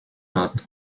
not